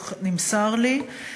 כך נמסר לי,